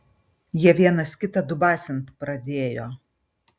jie vienas kitą dubasint pradėjo